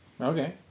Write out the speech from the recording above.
Okay